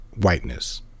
whiteness